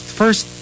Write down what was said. first